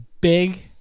big